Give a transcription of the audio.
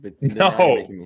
No